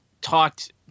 talked